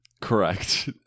Correct